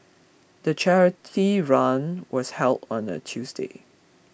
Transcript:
the charity run was held on a Tuesday